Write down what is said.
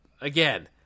again